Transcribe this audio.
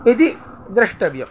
इति द्रष्टव्यम्